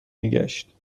میگشت